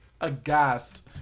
aghast